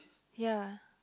ya